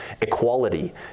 equality